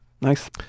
Nice